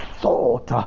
thought